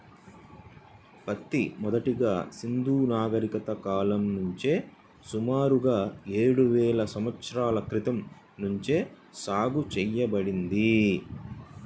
పత్తి మొదటగా సింధూ నాగరికత కాలం నుంచే సుమారుగా ఏడువేల సంవత్సరాల క్రితం నుంచే సాగు చేయబడింది